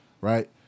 right